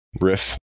riff